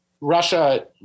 Russia